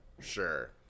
sure